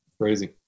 crazy